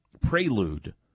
prelude